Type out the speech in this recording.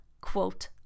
quote